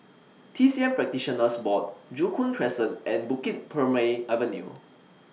T C M Practitioners Board Joo Koon Crescent and Bukit Purmei Avenue